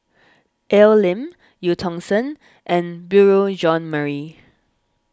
Al Lim Eu Tong Sen and Beurel Jean Marie